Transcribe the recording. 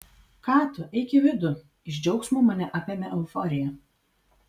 ką tu eik į vidų iš džiaugsmo mane apėmė euforija